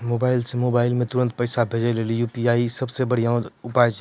mobile से mobile मे तुरन्त पैसा भेजे लेली यू.पी.आई सबसे बढ़िया उपाय छिकै